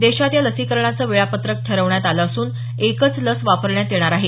देशात या लसीकरणाचं वेळापत्रक ठरवण्यात आलं असून एकच लस वापरण्यात येणार आहे